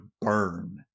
burn